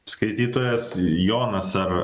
skaitytojas jonas ar